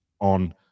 on